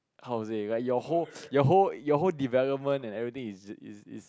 how to say like your whole your whole your whole development and everything is is is